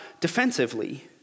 defensively